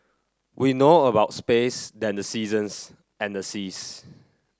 we know about space than the seasons and the seas